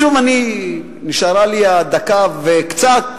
נשארו לי דקה וקצת,